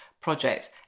projects